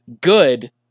good